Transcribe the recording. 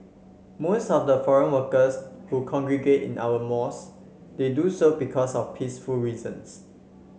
most of the foreign workers who congregate in our mosque they do so because of peaceful reasons